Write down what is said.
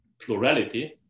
plurality